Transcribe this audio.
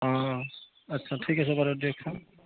অঁ আচ্ছা ঠিক আছে বাৰু দিয়কচোন